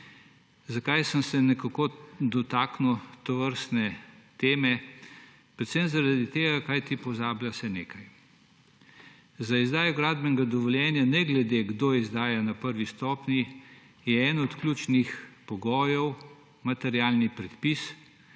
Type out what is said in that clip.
Zakaj sem se nekako dotaknil tovrstne teme? Predvsem zaradi tega, kajti pozablja se nekaj. Za izdajo gradbenega dovoljenja, ne glede kdo izdaja na prvi stopnji, je eden od ključnih pogojev materialni predpis,